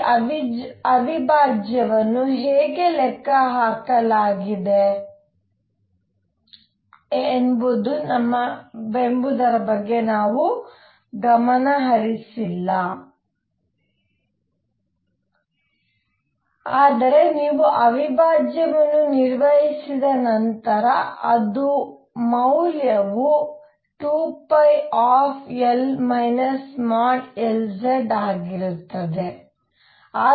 ಈ ಅವಿಭಾಜ್ಯವನ್ನು ಹೇಗೆ ಲೆಕ್ಕಹಾಕಲಾಗಿದೆ ಎಂಬುದರ ಬಗ್ಗೆ ನಾವು ಗಮನಹರಿಸುವುದಿಲ್ಲ ಆದರೆ ನೀವು ಅವಿಭಾಜ್ಯವನ್ನು ನಿರ್ವಹಿಸಿದ ನಂತರ ಅದು ಮೌಲ್ಯವು 2πL |Lz| ಆಗಿರುತ್ತದೆ